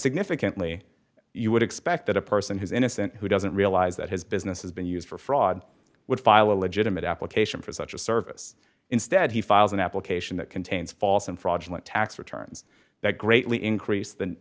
significantly you would expect that a person who's innocent who doesn't realize that his business has been used for fraud would file a legitimate application for such a service instead he files an application that contains false and fraudulent tax returns that greatly increase th